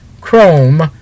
Chrome